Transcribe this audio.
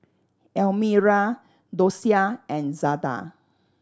Almira Dosia and Zada